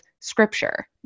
scripture